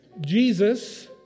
Jesus